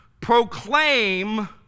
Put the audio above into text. proclaim